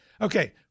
Okay